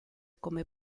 come